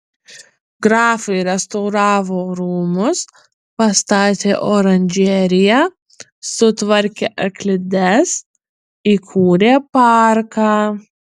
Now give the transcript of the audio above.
grafai restauravo rūmus pastatė oranžeriją sutvarkė arklides įkūrė parką